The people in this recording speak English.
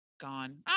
gone